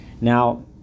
Now